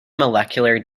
molecular